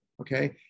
okay